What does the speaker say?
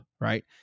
right